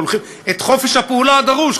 את חופש הפעולה הדרוש.